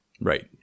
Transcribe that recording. Right